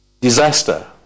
disaster